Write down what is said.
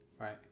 Right